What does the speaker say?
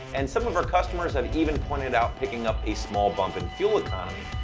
and some of our customers have even pointed out picking up a small bump in fuel economy.